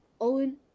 Owen